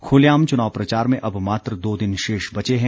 खुलेआम चुनाव प्रचार में अब मात्र दो दिन शेष बचे हैं